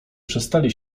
przestali